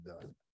done